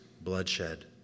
bloodshed